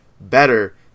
better